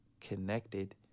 connected